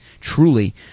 truly